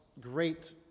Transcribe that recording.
great